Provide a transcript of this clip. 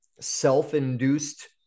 Self-induced